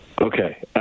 Okay